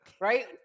Right